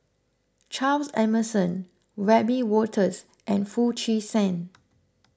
Charles Emmerson Wiebe Wolters and Foo Chee San